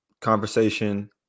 conversation